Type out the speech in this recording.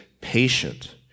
patient